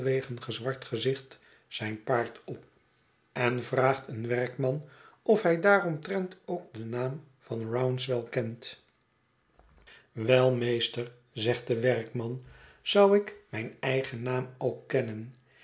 gezwart gezicht zijn paard op en vraagt een werkman of hij daaromtrent ook den naam van rouncewell kent wel meester zegt de werkman zou ik mijn eigen naam ook kennen